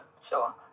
sure